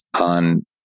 on